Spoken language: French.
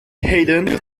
hayden